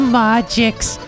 magics